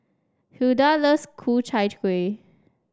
Hulda loves Ku Chai Kuih